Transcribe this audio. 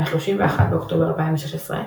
מה-31 באוקטובר 2016,